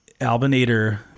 albinator